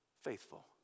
faithful